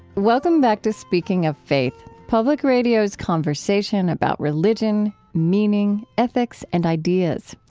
welcome back to speaking of faith, public radio's conversation about religion, meaning, ethics, and ideas.